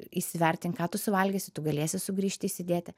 įsivertink ką tu suvalgysi tu galėsi sugrįžti įsidėti